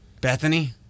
Bethany